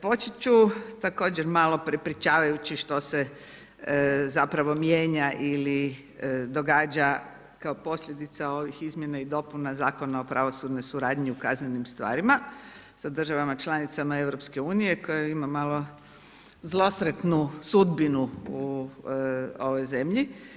Početi ću također malo prepričavajući što se zapravo mijenja ili događa kao posljedica ovih izmjena i dopuna Zakona o pravosudnoj suradnji u kaznenim stvarima sa državama članica EU koje ima malo zlosretnu sudbinu u ovoj zemlji.